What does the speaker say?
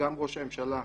וגם ראש הממשלה,